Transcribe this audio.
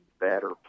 better